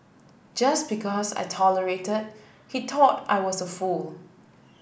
just because I tolerated he thought I was a fool